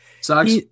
sucks